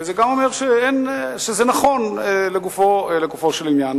וזה גם אומר שזה נכון לגופו של עניין.